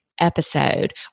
episode